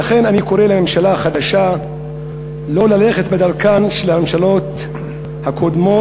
ולכן אני קורא לממשלה החדשה שלא ללכת בדרכן של הממשלות הקודמות,